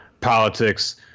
politics